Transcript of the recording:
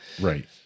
Right